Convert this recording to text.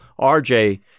RJ